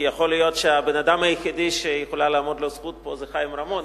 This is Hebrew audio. כי יכול להיות שהבן-אדם היחיד שיכולה לעמוד לו זכות פה זה חיים רמון,